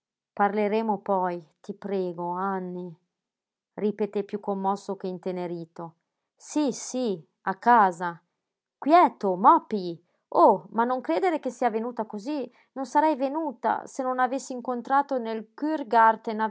parleremo poi ti prego anny ripeté piú commosso che intenerito sí sí a casa quieto mopy oh ma non credere che sia venuta cosí non sarei venuta se non avessi incontrato nel kuhrgarten